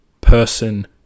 person